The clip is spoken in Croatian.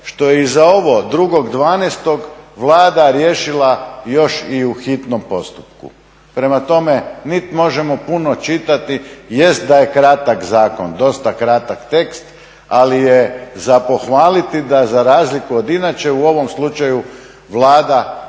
što je i za ovo 2.12. Vlada riješila još i u hitnom postupku. Prema tome niti možemo puno čitati, jest da je kratak zakon, dosta kratak tekst ali je za pohvaliti da za razliku od inače u ovom slučaju Vlada je